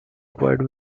world